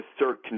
assert